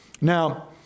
Now